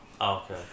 okay